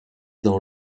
dans